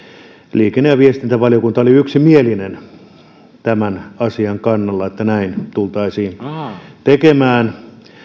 liikenne ja viestintävaliokunta oli yksimielisesti tämän asian kannalla että näin tultaisiin tekemään